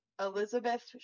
Elizabeth